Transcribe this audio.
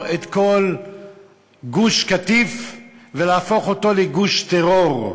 את כל גוש-קטיף ולהפוך אותו לגוש טרור?